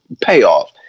payoff